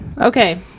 Okay